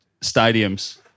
stadiums